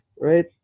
right